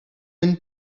man